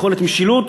יכולת משילות.